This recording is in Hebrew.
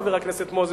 חבר הכנסת מוזס,